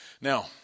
Now